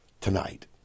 tonight